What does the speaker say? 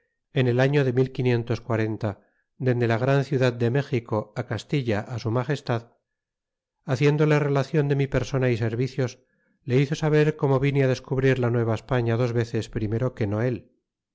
en el año de de la gran ciudad de méxico castilla su magestad haciéndole relacion mi persona y servicios le hizo saber corno vine á descubrir la nueva españa dos veces primero que no él